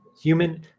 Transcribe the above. human